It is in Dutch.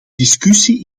discussie